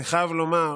אני חייב לומר,